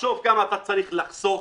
תחשוב כמה אתה צריך לחסוך